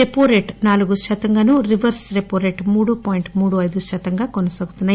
repo rate నాలుగు శాతం గానూ రివర్స్ రెపో రేటు మూడు పాయింట్ మూడుఅయిదు శాతంగా కొనసాగుతున్నాయి